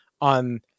on